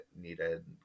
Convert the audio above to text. needed